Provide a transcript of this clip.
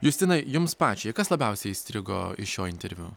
justina jums pačiai kas labiausiai įstrigo iš šio interviu